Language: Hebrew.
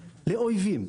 לאויבים.